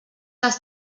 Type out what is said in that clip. les